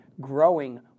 growing